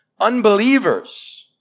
Unbelievers